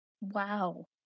Wow